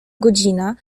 godzina